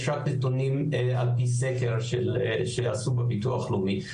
יש רק נתונים על פי סקר שעשו בביטוח לאומי.